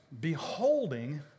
beholding